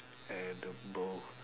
edible